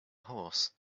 horse